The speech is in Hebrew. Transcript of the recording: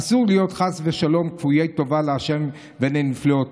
אסור להיות, חס ושלום, כפויי טובה לה' ולנפלאותיו.